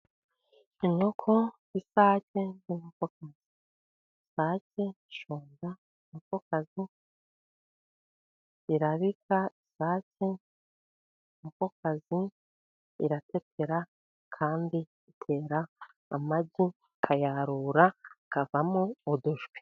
Inkoko y'isake irakokoza, isake ishoza inkokokazi, irabika isake, inkokokazi irateteza, kandi itera amagi ikayarura, akavamo udushwi.